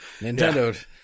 Nintendo